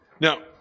Now